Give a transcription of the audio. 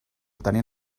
tenir